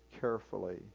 carefully